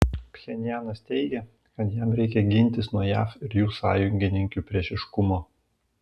pchenjanas teigia kad jam reikia gintis nuo jav ir jų sąjungininkių priešiškumo